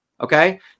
okay